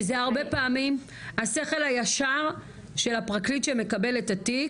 שהרבה פעמים השכל הישר של הפרקליט שמקבל את התיק,